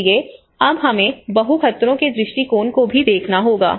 इसलिए अब हमें बहु खतरों के दृष्टिकोण को भी देखना होगा